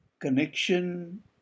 connection